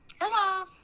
Hello